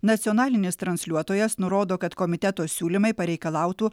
nacionalinis transliuotojas nurodo kad komiteto siūlymai pareikalautų